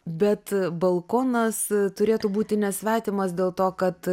bet balkonas turėtų būti nesvetimas dėl to kad